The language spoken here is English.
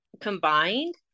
combined